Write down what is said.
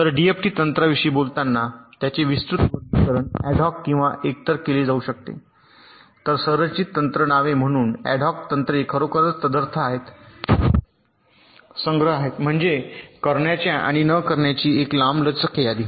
तर डीएफटी तंत्राविषयी बोलताना त्यांचे विस्तृत वर्गीकरण ऍड हॉक किंवा एकतर केले जाऊ शकते संरचित तंत्र नावे म्हणून अॅड हॉक तंत्रे खरोखरच तदर्थ आहेत ते तंत्र संग्रह आहेत म्हणजे करण्याच्या आणि न करण्याची एक लांबलचक यादी